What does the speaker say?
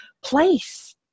place